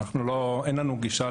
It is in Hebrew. אין לנו גישה